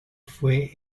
fue